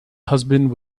husband